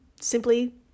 simply